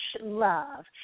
love